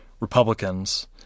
Republicans